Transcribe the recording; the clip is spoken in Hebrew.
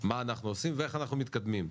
מה אנחנו עושים ואיך אנחנו מתקדמים,